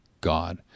God